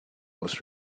was